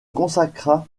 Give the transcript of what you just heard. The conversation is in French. consacra